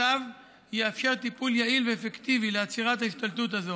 הצו יאפשר טיפול יעיל ואפקטיבי לעצירת ההשתלטות הזאת.